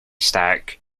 stack